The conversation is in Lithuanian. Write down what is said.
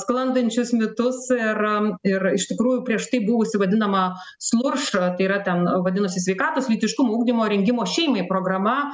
sklandančius mitus ir ir iš tikrųjų prieš tai buvusi vadinama slurš tai yra ten vadinosi sveikatos lytiškumo ugdymo rengimo šeimai programa